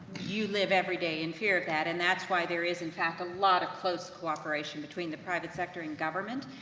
you live every day in fear of that, and that's why, there is in fact, a lot of close cooperation between the private sector and government.